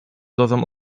dozą